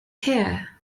here